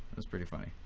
that's pretty funny.